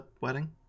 wedding